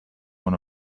one